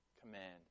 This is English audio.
command